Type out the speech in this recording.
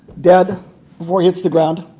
dead before he hits the ground.